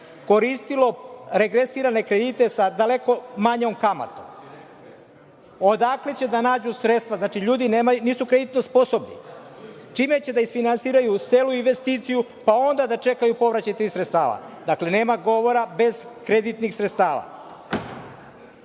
koristilo regresirane kredite sa daleko manjom kamatom. Odakle će da nađu sredstva? Znači, ljudi nisu kreditno sposobni. Čime će da isfinansiraju celu investiciju, pa onda da čekaju povraćaj tih sredstava? Dakle, nema govora, bez kreditnih sredstava.O